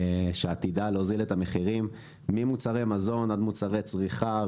שעתידה להוזיל את המחירים ממוצרי מזון עד מוצרי צריכה,